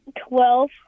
Twelve